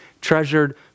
treasured